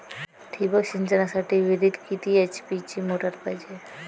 ठिबक सिंचनासाठी विहिरीत किती एच.पी ची मोटार पायजे?